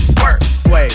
Work